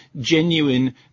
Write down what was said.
genuine